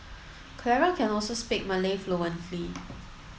Clara can also speak Malay fluently